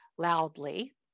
loudly